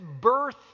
birth